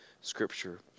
Scripture